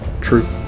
true